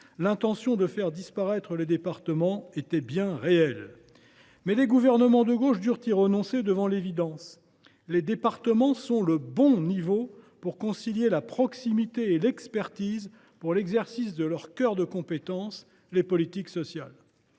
l’intention de faire disparaître les départements était bien réelle. Mais les gouvernements de gauche durent y renoncer devant l’évidence : les départements sont l’échelon adéquat pour concilier proximité et expertise dans l’exercice de leur cœur de compétences, à savoir les politiques sociales.